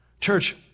Church